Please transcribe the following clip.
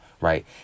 right